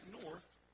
north